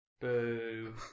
Boo